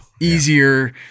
easier